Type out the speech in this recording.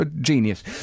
genius